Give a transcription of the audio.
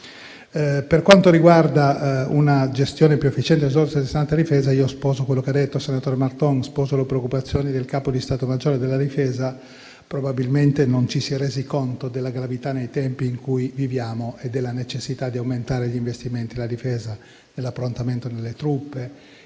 Per quanto riguarda una gestione più efficiente delle risorse destinate alla difesa, io sposo quello che ha detto il senatore Marton e sposo le preoccupazioni del capo di Stato maggiore della difesa. Probabilmente non ci si è resi conto della gravità nei tempi in cui viviamo e della necessità di aumentare gli investimenti della difesa, nell'approntamento delle truppe,